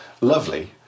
lovely